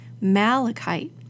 malachite